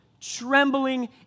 trembling